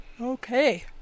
Okay